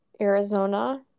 Arizona